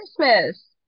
Christmas